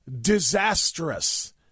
disastrous